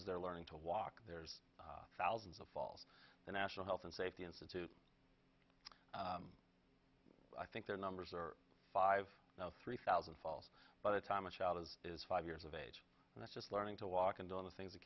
as they're learning to walk there's thousands of fall the national health and safety institute i think their numbers are five now three thousand fall by the time a child is is five years of age and that's just learning to walk and doing the things that